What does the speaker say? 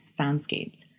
soundscapes